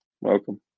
welcome